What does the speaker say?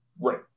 right